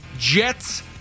Jets